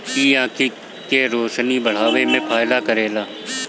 इ आंखी के रोशनी बढ़ावे में फायदा करेला